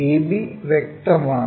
AB വ്യക്തമാണ്